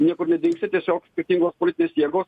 niekur nedingsi tiesiog skirtingos politinės jėgos